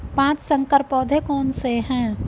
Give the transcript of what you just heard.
पाँच संकर पौधे कौन से हैं?